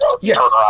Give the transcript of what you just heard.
Yes